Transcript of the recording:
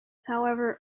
however